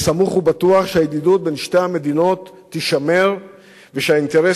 אני סמוך ובטוח שהידידות בין שתי המדינות תישמר ושהאינטרסים